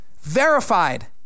Verified